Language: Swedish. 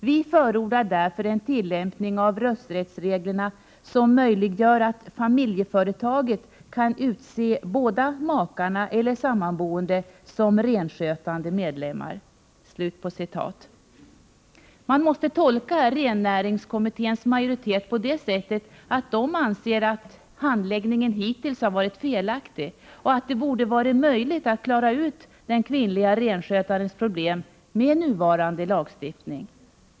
Vi förordar därför en tillämpning av rösträttsreglerna som möjliggör att familjeföretaget kan utse båda makarna eller sammanboende som renskötande medlemmar. Man måste tolka rennäringskommitténs majoritet på det sättet att den anser att handläggningen hittills har varit felaktig och att det borde ha varit möjligt att klara ut den kvinnliga renskötarens problem med nuvarande lagstiftning.